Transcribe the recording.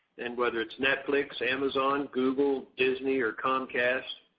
and whether it's netflix, amazon, google, disney or comcast,